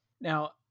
Now